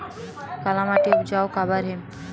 काला माटी उपजाऊ काबर हे?